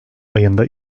ayında